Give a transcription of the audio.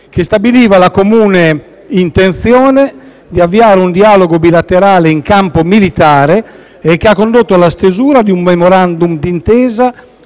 che stabiliva la comune intenzione di avviare un dialogo bilaterale in campo militare e che ha condotto alla stesura, di un *memorandum* di intesa